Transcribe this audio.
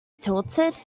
tilted